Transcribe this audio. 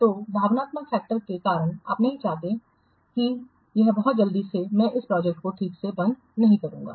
तो भावनात्मक फैक्टरस के कारण आप नहीं चाहते हैं कि नहीं यह बहुत जल्दी मैं इस प्रोजेक्ट को ठीक से बंद नहीं करूंगा